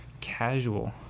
casual